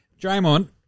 Draymond